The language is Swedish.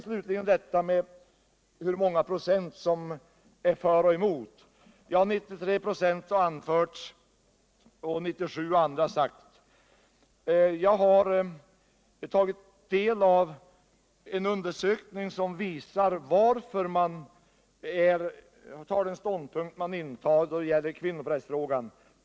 Slutligen vill jag ta upp frågan hur många som är för resp. emot samvetsklausulen. Det har anförts att det är 93 4 som är emot — andra har sagt 97 24. Jag har tagit del av en undersökning som visar varför man har intagit den ståndpunkt som man har när det gäller kvinnoprästfrågan.